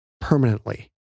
Permanently